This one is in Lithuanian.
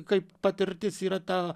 kaip patirtis yra ta